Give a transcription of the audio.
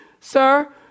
sir